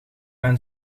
mijn